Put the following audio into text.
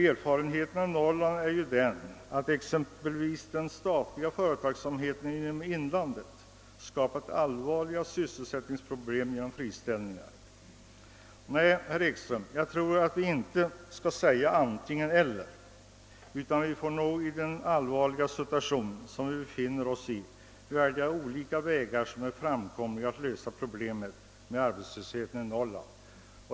Erfarenheterna från Norrland visar att den statliga företagsamheten i inlandet skapat allvarliga sysselsättningsproblem genom friställningar. Vi bör nog inte säga »antingen—eller» utan i den allvarliga situation som vi nu befinner oss i får vi nog välja mellan de olika vägar som är framkomliga när det gäller att lösa arbetslöshetsproblemet i Norrland.